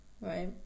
right